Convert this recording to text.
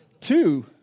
Two